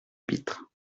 pitre